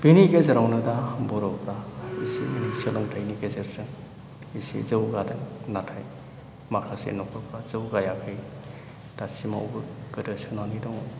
बेनि गेजेरावनो दा बर'फ्रा एसे एनै सोलोंथाइनि गेजेरजों एसे जौगादों नाथाय माखासे न'खरफ्रा जौगायाखै दासिमावबो गोदोसोनानै दङ